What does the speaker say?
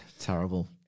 Terrible